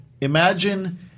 imagine